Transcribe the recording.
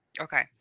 Okay